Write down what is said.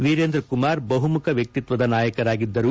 ವಿರೇಂದ್ರ ಕುಮಾರ್ ಬಹುಮುಖ ವ್ಯಕ್ತಿತ್ವದ ನಾಯಕರಾಗಿದ್ದರು